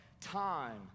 time